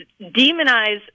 demonize